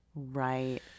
Right